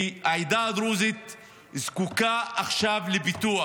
כי העדה הדרוזית זקוקה עכשיו לפיתוח.